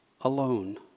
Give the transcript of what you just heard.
alone